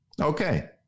Okay